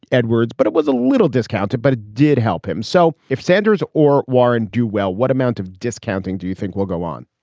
edwards but it was a little discounted, but it did help him. so if sanders or warren do well, what amount of discounting do you will go on?